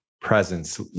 presence